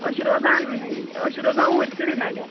أسۍ چھِ روزان أسۍ چھِ روزان اوٗرۍ سریٖنگر